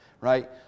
right